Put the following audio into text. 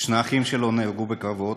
שני האחים שלו נהרגו בקרבות.